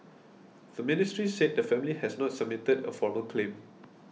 the ministry said the family has not submitted a formal claim